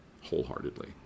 wholeheartedly